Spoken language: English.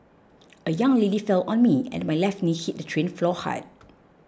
a young lady fell on me and my left knee hit the train floor hard